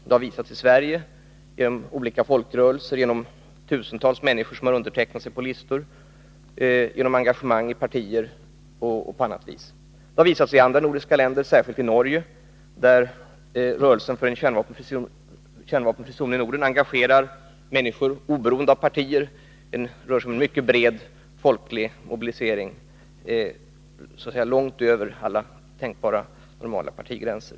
Det har visats i Sverige genom olika folkrörelser, genom att tusentals människor har undertecknat listor, genom aktiviteter i partier och på annat vis. Det har också visats i andra nordiska länder, särskilt i Norge. Där engagerar rörelsen för en kärnvapenfri zon i Norden människor oberoende av partitillhörighet. Det rör sig om en mycket bred folklig mobilisering, långt över alla tänkbara normala partigränser.